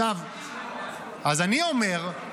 אז אני אומר,